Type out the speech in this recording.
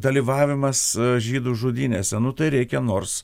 dalyvavimas žydų žudynėse nu tai reikia nors